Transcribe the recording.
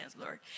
Lord